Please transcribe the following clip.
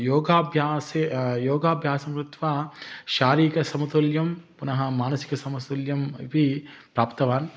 योगाभ्यासे योगाभ्यासं कृत्वा शारीरिक समतोलं पुनः मानसिक समतुल्यम् अपि प्राप्तवान्